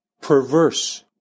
perverse